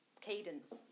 cadence